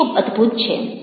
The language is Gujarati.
તે ખૂબ અદ્ભુત છે